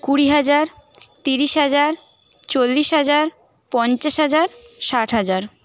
কুড়ি হাজার তিরিশ হাজার চল্লিশ হাজার পঞ্চাশ হাজার ষাট হাজার